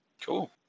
Cool